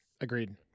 Agreed